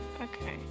Okay